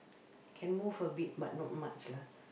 can move a bit but not much lah